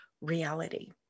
reality